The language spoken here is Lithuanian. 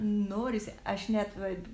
norisi aš net va